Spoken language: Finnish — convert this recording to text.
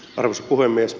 arvoisa puhemies